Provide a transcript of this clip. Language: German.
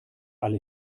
alle